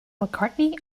mccartney